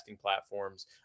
platforms